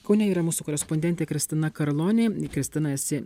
kaune yra mūsų korespondentė kristina karlonė kristina esi